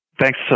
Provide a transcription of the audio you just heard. Thanks